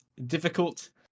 Difficult